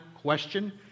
question